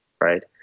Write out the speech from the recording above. right